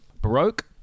Baroque